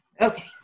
Okay